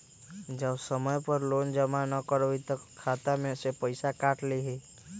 जब समय पर लोन जमा न करवई तब खाता में से पईसा काट लेहई?